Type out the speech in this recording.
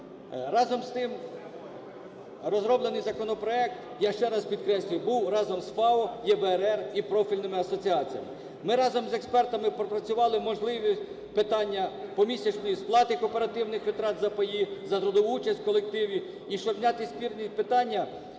Разом з тим, розроблений законопроект, я ще раз підкреслюю, був разом FAO ЄБРР і профільними асоціаціями. Ми разом з експертами пропрацювали можливість питання помісячної сплати кооперативних витрат за паї, за трудову участь у колективі, і щоб зняти спірні питання,